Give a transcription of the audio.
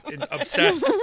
obsessed